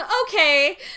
Okay